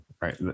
Right